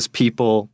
people